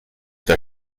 der